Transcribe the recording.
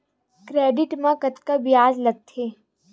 Credit मा कतका ब्याज लगथे?